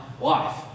life